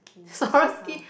Swarovski